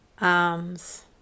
arms